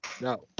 No